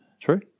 True